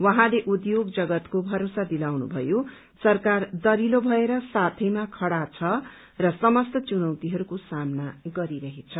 उहाँले उद्योग जगतको भरोसा दिलाउनु भयो सरकार दरिलो भएर साथैमा खड़ा छ र समस्त चुनौतीहरूको सामना गरिरहेछ